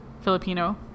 Filipino